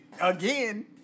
again